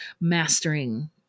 mastering